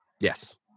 Yes